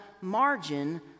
margin